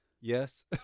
Yes